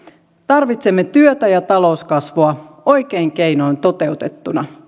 tarvitsemme työtä ja talouskasvua oikein keinoin toteutettuna